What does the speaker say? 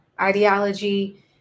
ideology